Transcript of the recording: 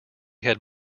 had